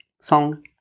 song